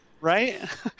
right